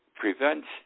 prevents